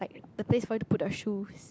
the place for you to put the shoes